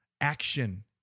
action